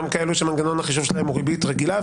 גם כאלו שמנגנון החישוב שלהם הוא ריבית רגילה,